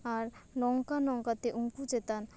ᱟᱨ ᱱᱚᱝᱠᱟ ᱱᱚᱝᱠᱟ ᱛᱮ ᱩᱱᱠᱩ ᱪᱮᱛᱟᱱ